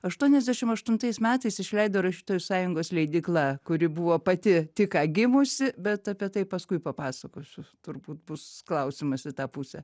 aštuoniasdešim aštuntais metais išleido rašytojų sąjungos leidykla kuri buvo pati tik ką gimusi bet apie tai paskui papasakosiu turbūt bus klausimas į tą pusę